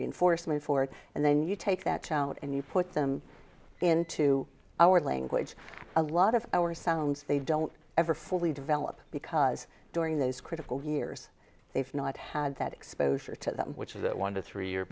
reinforcement for it and then you take that out and you put them into our language a lot of our sounds they don't ever fully develop because during those critical years they've not had that exposure to that which is that one to three